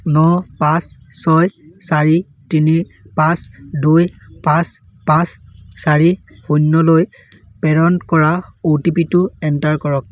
ন পাঁচ ছয় চাৰি তিনি পাঁচ দুই পাঁচ পাঁচ চাৰি শূন্যলৈ প্ৰেৰণ কৰা অ' টি পিটো এণ্টাৰ কৰক